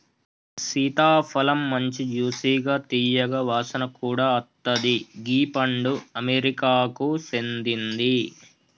సీతాఫలమ్ మంచి జ్యూసిగా తీయగా వాసన కూడా అత్తది గీ పండు అమెరికాకు సేందింది